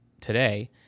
today